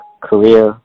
career